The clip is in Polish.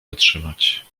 wytrzymać